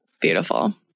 Beautiful